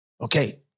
Okay